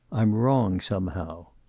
i'm wrong somehow.